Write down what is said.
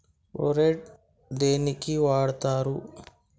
Phorate దేనికి వాడుతరు?